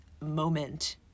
moment